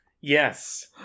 Yes